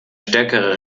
stärkere